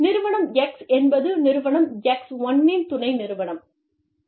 நிறுவனம் X என்பது நிறுவனம் X1 னின் துணை நிறுவனம்